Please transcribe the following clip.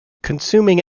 consuming